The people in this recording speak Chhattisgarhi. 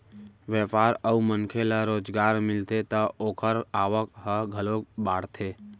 बेपार अउ मनखे ल रोजगार मिलथे त ओखर आवक ह घलोक बाड़थे